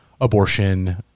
abortion